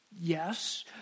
Yes